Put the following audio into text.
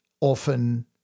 often